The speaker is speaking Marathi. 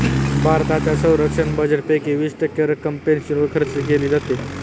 भारताच्या संरक्षण बजेटपैकी वीस टक्के रक्कम पेन्शनवर खर्च होते